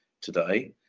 today